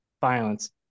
violence